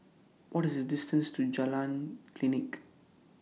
What IS The distance to Jalan Klinik